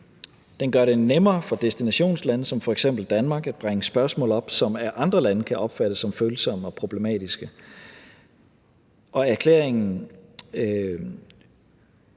Den gør det nemmere for destinationslande som f.eks. Danmark at bringe spørgsmål op, som af andre lande kan opfattes som følsomme og problematiske, og